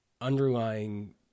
underlying